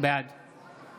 בעד